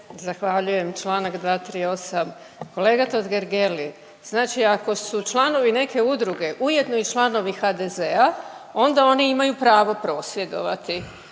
Zahvaljujem. Članak 238., kolega Totgergeli znači ako su članovi neke udruge ujedno i članovi HDZ-a onda oni imaju pravo prosvjedovati,